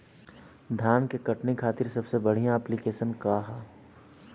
धान के कटनी खातिर सबसे बढ़िया ऐप्लिकेशनका ह?